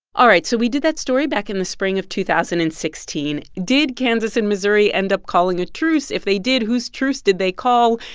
all right. so we did that story back in the spring of two thousand and sixteen. did kansas and missouri end up calling a truce? if they did, whose truce did they call?